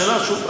השאלה שוב,